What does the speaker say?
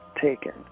taken